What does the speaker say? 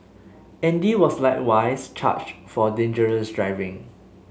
Andy was likewise charged for dangerous driving